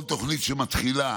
כל תוכנית שמתחילה,